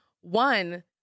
one